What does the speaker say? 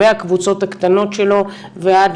מהקבוצות הקטנות שלו ועד